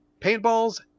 Paintballs